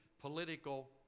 political